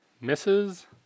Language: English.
misses